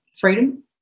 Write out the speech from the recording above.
freedom